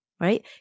Right